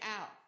out